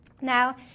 Now